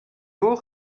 vous